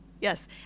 Yes